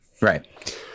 Right